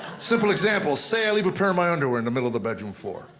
simple example, say i leave a pair of my underwear in the middle of the bedroom floor,